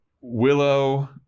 Willow